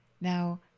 Now